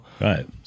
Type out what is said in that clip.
right